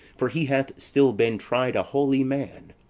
for he hath still been tried a holy man.